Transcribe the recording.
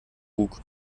bug